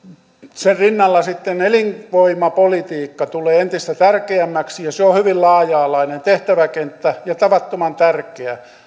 sen rinnalla sitten elinvoimapolitiikka tulee entistä tärkeämmäksi ja se on on hyvin laaja alainen tehtäväkenttä ja tavattoman tärkeä